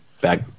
back